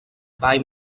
buy